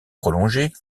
prolongée